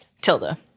Tilda